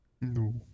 No